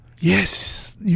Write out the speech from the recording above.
Yes